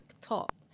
top